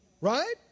Right